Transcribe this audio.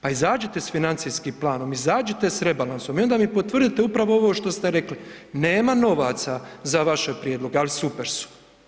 Pa izađite s financijskim planom, izađite s rebalansom i onda mi potvrdite upravo ovo što ste rekli, nema novaca za vaše prijedloge, ali super su.